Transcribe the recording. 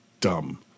dumb